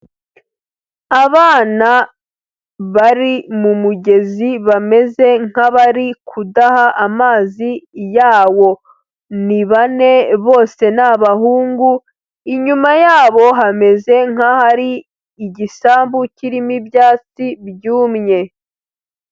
Abana bari mu mugezi bameze nk'abari kudaha amazi yawo, ni bane bose ni abahungu, inyuma yabo hameze nk'ahari igisambu kirimo ibyatsi byumye.